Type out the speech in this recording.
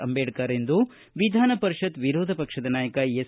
ಅಂಬೇಡ್ತರ ಎಂದು ವಿಧಾನ ಪರಿಷತ್ತಿನ ವಿರೋಧ ಪಕ್ಷದ ನಾಯಕ ಎಸ್